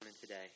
today